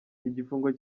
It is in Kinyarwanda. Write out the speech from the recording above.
igifungo